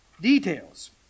details